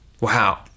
Wow